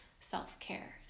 self-care